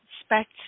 expect